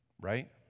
right